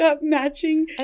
matching